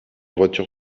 voiture